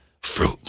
Fruit